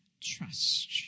trust